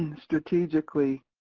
and strategically